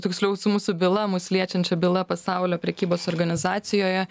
tiksliau su mūsų byla mus liečiančia byla pasaulio prekybos organizacijoje